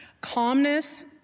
calmness